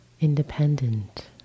independent